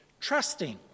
trusting